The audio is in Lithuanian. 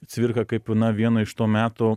cvirką kaip vieną iš to meto